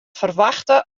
ferwachte